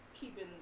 keeping